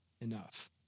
enough